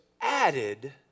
added